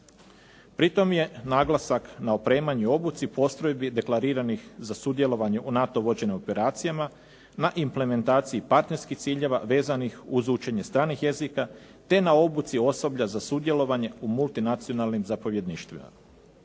Pri tom je naglasak na opremanju i obuci postrojbi deklariranih za sudjelovanje u NATO vođenim operacijama na implementaciji partnerskih ciljeva vezanih uz učenje stranih jezika te na obuci osoblja za sudjelovanje u multinacionalnim zapovjedništvima.